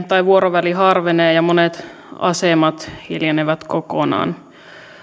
tai vuoroväli harvenee ja ja monet asemat hiljenevät kokonaan